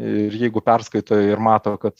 ir jeigu perskaito ir mato kad